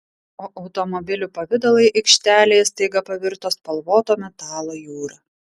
o automobilių pavidalai aikštelėje staiga pavirto spalvoto metalo jūra